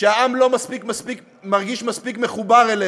שהעם לא מרגיש מספיק מחובר אלינו.